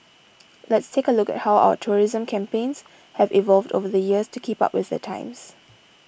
let's take a look at how our tourism campaigns have evolved over the years to keep up with the times